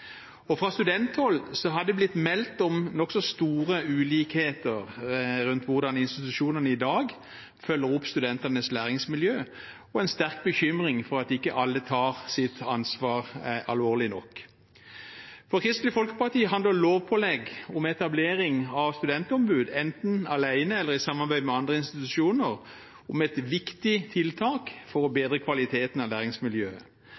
Fra studenthold har det blitt meldt om nokså store ulikheter med hensyn til hvordan institusjonene i dag følger opp studentenes læringsmiljø og en sterk bekymring for at ikke alle tar sitt ansvar alvorlig nok. For Kristelig Folkeparti handler lovpålegg om etablering av studentombud, enten alene eller i samarbeid med andre institusjoner, om et viktig tiltak for å bedre kvaliteten på læringsmiljøet.